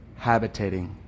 habitating